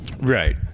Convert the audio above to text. Right